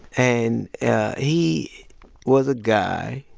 and he was a guy